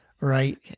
right